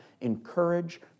encourage